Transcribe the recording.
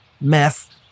meth